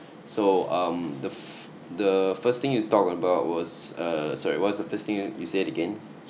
so um the fi~ the first thing you talked about was err sorry what is the first thing you you said again